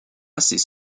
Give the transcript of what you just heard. ces